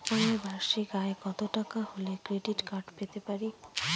আমার বার্ষিক আয় কত টাকা হলে ক্রেডিট কার্ড পেতে পারি?